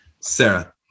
Sarah